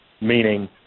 meaning